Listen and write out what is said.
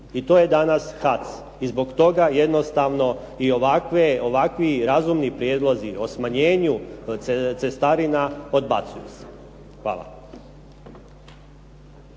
i to je danas HATZ i zbog toga jednostavno i ovakvi razumni prijedlozi o smanjenju cestarina odbacuju se. Hvala.